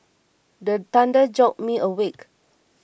the thunder jolt me awake